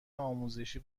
آزمایشی